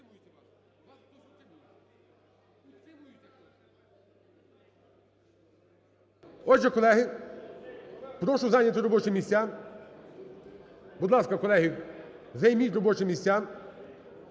Отже, колеги, прошу зайти робочі місця. Будь ласка, колеги, займіть робочі місця